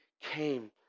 came